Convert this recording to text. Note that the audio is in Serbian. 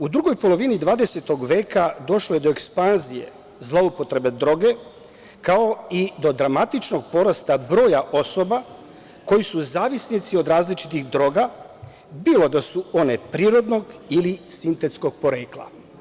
U drugoj polovini XX veka došlo je do ekspanzije zloupotrebe droge, kao i do dramatičnog porasta broja osoba koji su zavisnici od različitih droga, bilo da su one prirodnog ili sintetskog porekla.